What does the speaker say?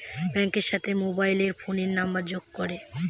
ব্যাঙ্কের সাথে মোবাইল ফোনের নাম্বারের যোগ করে